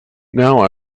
now